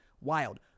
wild